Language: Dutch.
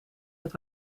het